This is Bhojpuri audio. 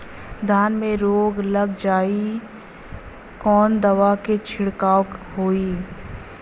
धान में रोग लग जाईत कवन दवा क छिड़काव होई?